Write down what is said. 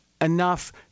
enough